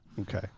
Okay